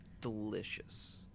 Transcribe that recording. delicious